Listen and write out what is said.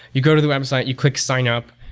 you go to the website, you click signup,